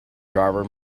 driver